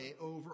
over